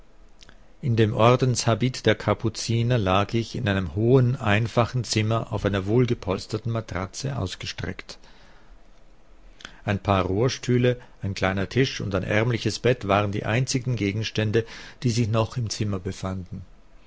in dem ordenshabit der kapuziner lag ich in einem hohen einfachen zimmer auf einer wohlgepolsterten matratze ausgestreckt ein paar rohrstühle ein kleiner tisch und ein ärmliches bett waren die einzigen gegenstände die sich noch im zimmer befanden